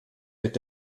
wird